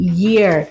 year